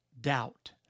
doubt